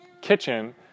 kitchen